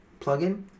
plugin